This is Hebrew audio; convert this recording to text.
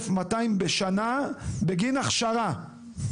ל-4,435,200 בשנה, בגין הכשרה.